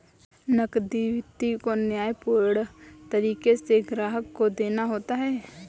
नकदी वित्त को न्यायपूर्ण तरीके से ग्राहक को देना होता है